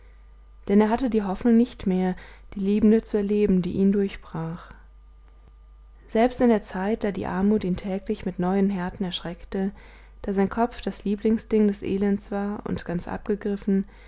denn er hatte die hoffnung nicht mehr die liebende zu erleben die ihn durchbrach selbst in der zeit da die armut ihn täglich mit neuen härten erschreckte da sein kopf das lieblingsding des elends war und ganz abgegriffen